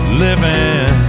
living